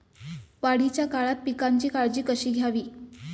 वाढीच्या काळात पिकांची काळजी कशी घ्यावी?